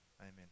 Amen